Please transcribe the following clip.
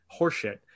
horseshit